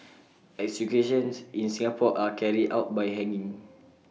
executions in Singapore are carried out by hanging